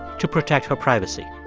to protect her privacy.